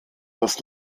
das